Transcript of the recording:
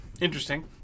Interesting